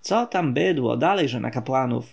co tam bydło dalejże na kapłanów